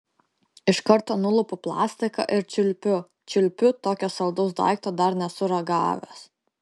iš karto nulupu plastiką ir čiulpiu čiulpiu tokio saldaus daikto dar nesu ragavęs